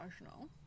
emotional